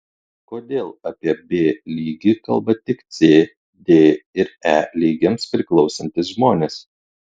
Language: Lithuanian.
kodėl apie b lygį kalba tik c d ir e lygiams priklausantys žmonės